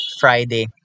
Friday